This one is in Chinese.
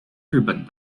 日本